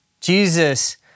Jesus